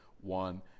one